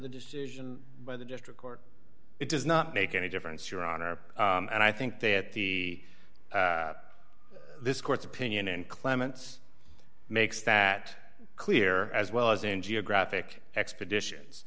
the decision by the district court it does not make any difference your honor and i think that the this court's opinion and clements makes that clear as well as in geographic expeditions